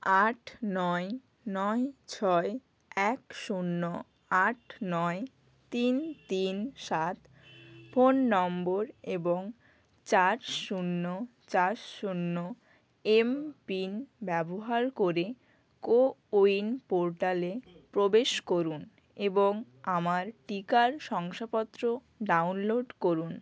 আট নয় নয় ছয় এক শূন্য আট নয় তিন তিন সাত ফোন নম্বর এবং চার শূন্য চার শূন্য এমপিন ব্যবহার করে কো উইন পোর্টালে প্রবেশ করুন এবং আমার টিকার শংসাপত্র ডাউনলোড করুন